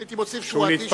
הייתי מוסיף שהוא אדיש,